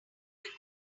going